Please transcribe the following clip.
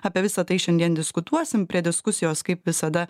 apie visa tai šiandien diskutuosim prie diskusijos kaip visada